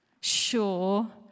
sure